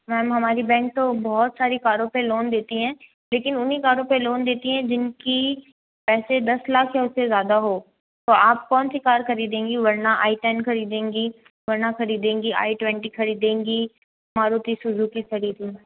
ma'am हमारी bank तो बहुत सारी कारों पे लोन देती हैं लेकिन उन्हीं कारों पे लोन देती है जिनकी पैसे दस लाख या उससे ज़्यादा हो तो आप कौन सी कार खरीदेंगी वर्ना आई टेन खरीदेंगी वर्ना खरीदेंगी आई ट्वेन्टी खरीदेंगी मारुती सुजुकी खरीदेंगी